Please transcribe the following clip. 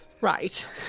Right